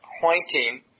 pointing